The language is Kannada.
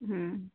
ಹ್ಞೂಂ